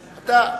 אתה,